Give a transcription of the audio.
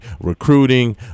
recruiting